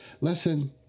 Lesson